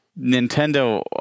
Nintendo